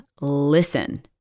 listen